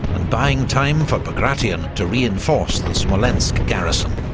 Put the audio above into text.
and buying time for bagration to reinforce the smolensk garrison.